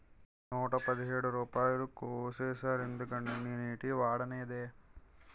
నూట పదిహేడు రూపాయలు కోసీసేరెందుకండి నేనేటీ వోడనేదే